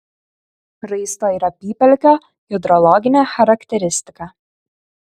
raisto ir apypelkio hidrologinė charakteristika